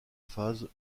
phase